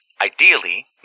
Ideally